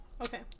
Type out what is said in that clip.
okay